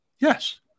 Yes